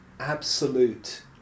absolute